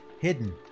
hidden